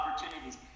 opportunities